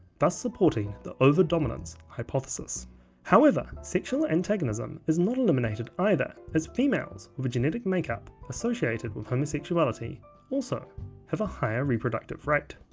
thus supporting the over dominance hypothesis however sexual antagonism is not eliminated either as females with a genetic makeup associated homosexuality also have a higher reproductive rate.